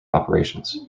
operations